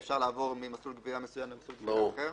אפשר לעבור ממסלול גבייה מסוים למסלול גבייה אחר.